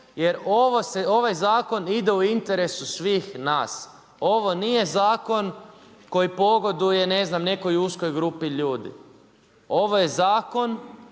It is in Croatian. jer ovaj zakon ide u interesu svih nas. ovo nije zakon koji pogoduje nekoj uskoj grupi ljudi. Ovo je zakon